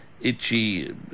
itchy